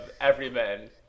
everyman